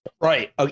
Right